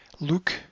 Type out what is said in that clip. Look